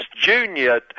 junior